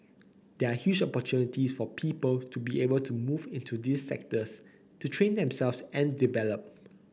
there are huge opportunities for people to be able to move into these sectors to train themselves and develop